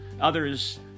others